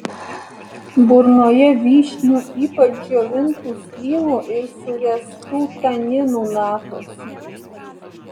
burnoje vyšnių ypač džiovintų slyvų ir suręstų taninų natos